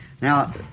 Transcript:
Now